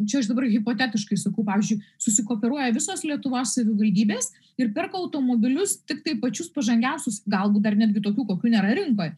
čia aš dabar hipotetiškai sakau pavyzdžiui susikooperuoja visos lietuvos savivaldybės ir perka automobilius tiktai pačius pažangiausius galbūt dar netgi tokių kokių nėra rinkoj